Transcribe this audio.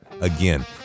again